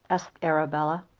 asked arabella.